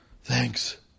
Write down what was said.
Thanks